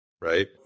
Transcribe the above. right